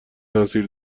تاثیر